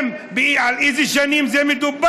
על איזה שנים זה ניתן?